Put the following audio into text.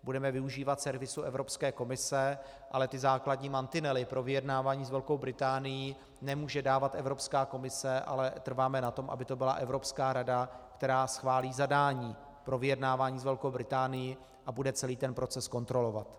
Budeme využívat servisu Evropské komise, ale ty základní mantinely pro vyjednávání s Velkou Británií nemůže dávat Evropská komise, ale trváme na tom, aby to byla Evropská rada, která schválí zadání pro vyjednávání s Velkou Británií a bude celý ten proces kontrolovat.